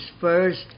first